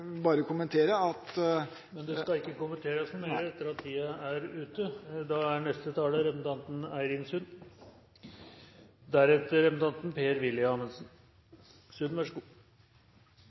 bare kommentere at … Men det skal ikke kommenteres noe mer etter at tiden er ute.